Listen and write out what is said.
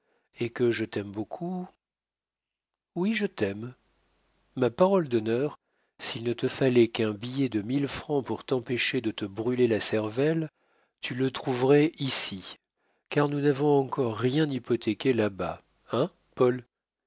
et que je t'aime beaucoup oui je t'aime ma parole d'honneur s'il ne te fallait qu'un billet de mille francs pour t'empêcher de te brûler la cervelle tu le trouverais ici car nous n'avons encore rien hypothéqué là-bas hein paul